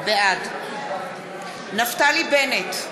בעד נפתלי בנט,